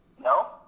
No